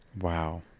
wow